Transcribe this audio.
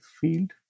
field